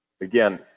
again